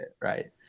right